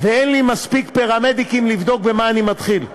ואין לי מספיק פרמדיקים לבדוק במה אני מתחיל.